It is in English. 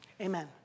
Amen